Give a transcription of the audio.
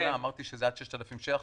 אמרתי שזה עד 6,000 שקלים.